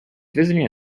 visiting